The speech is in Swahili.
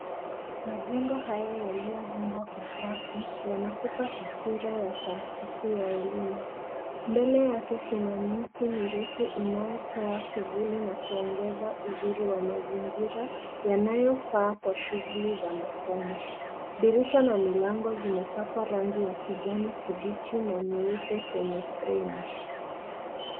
Machengo haya yaliyochengwa Kwa safu yanakupa taswira ya tahazizi ya elimu, mbele yake Kuna miti mirefu inayotoa kifuli na kuongesa uzuri wa mazingira yanayofaa Kwa shughuli za masomo, dirisha na milango zimepakwa rangi ya kijani kipiji na nyeupe kwenye fremu